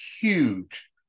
huge